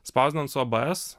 spausdinant su abs